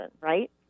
right